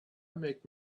make